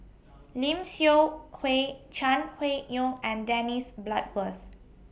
Lim Seok Hui Chai Hui Yoong and Dennis Bloodworth